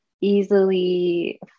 easily